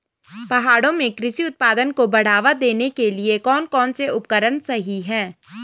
पहाड़ों में कृषि उत्पादन को बढ़ावा देने के लिए कौन कौन से उपकरण सही हैं?